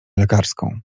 lekarską